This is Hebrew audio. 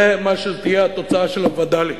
זה מה שתהיה התוצאה של הווד”לים.